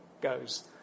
goes